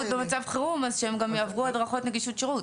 במצב חירום אז שהם גם יעברו הדרכות נגישות שירות.